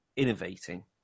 innovating